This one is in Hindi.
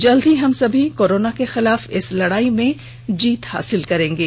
जल्द ही हम सभी कोरोना के खिलाफ इस लड़ाई में जीत हासिल करेंगे